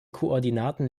koordinaten